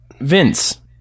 Vince